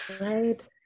Right